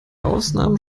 ausnahmen